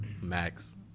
Max